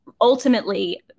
ultimately